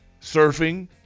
surfing